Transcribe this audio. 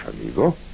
amigo